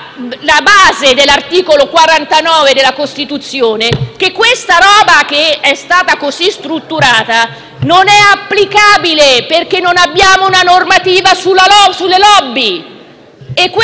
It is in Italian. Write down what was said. la base dell'articolo 49 della Costituzione - che questa roba così strutturata non è applicabile, perché non abbiamo una normativa sulle *lobby*. Questo l'ha detto